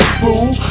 fool